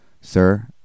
Sir